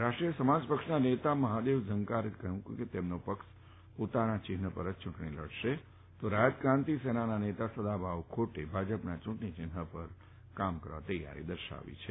રાષ્ટ્રીય સમાજ પક્ષના નેતા મહાદેવ ઝંકારે જણાવ્યું હતું કે તેમનો પક્ષ પોતાના ચિહ્ન પર જ યુંટણી લડશે તો રાયત ક્રાંતિ સેનાના નેતા સદાભાઉ ખોટે ભાજપના યુંટણી ચિહ્ન પર જ કામ કરવા તૈયારી દર્શાવી છે